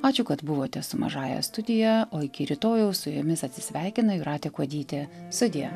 ačiū kad buvote su mažąja studija o iki rytojaus su jumis atsisveikina jūratė kuodytė sudie